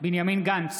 בנימין גנץ,